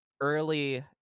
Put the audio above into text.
early